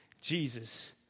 Jesus